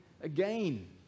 again